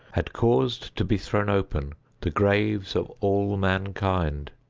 had caused to be thrown open the graves of all mankind,